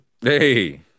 Hey